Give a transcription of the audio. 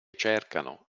cercano